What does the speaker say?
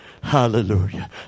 Hallelujah